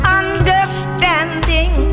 understanding